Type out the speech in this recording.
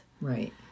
Right